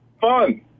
fun